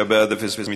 מי שבעד, זה